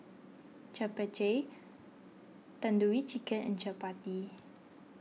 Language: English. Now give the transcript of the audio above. Japchae Tandoori Chicken and Chapati